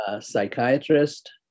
psychiatrist